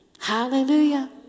Hallelujah